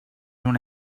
una